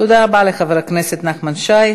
תודה רבה לחבר הכנסת נחמן שי.